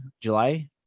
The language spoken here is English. July